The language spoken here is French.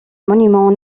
monument